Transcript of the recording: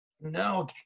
No